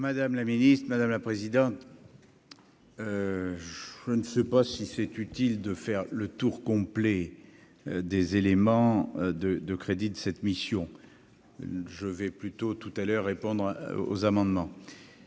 Madame la ministre, madame la présidente, je ne sais pas si c'est utile de faire le tour complet des éléments de de crédits de cette mission, je vais plutôt tout à l'heure, répondre aux amendements,